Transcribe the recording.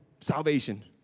salvation